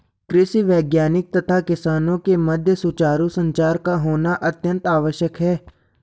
कृषि वैज्ञानिक तथा किसानों के मध्य सुचारू संचार का होना अत्यंत आवश्यक है